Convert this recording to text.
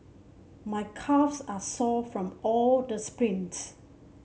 my calves are sore from all the sprints